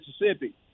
Mississippi